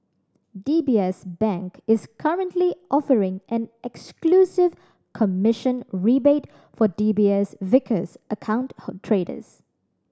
D B S Bank is currently offering an exclusive commission rebate for D B S Vickers account traders